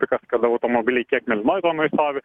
pikas kada automobiliai tiek mėlynoj zonoj stovi